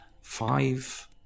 five